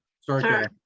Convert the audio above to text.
Sorry